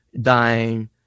dying